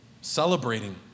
Celebrating